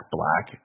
Black